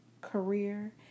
career